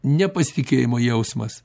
nepasitikėjimo jausmas